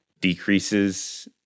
decreases